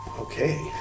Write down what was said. Okay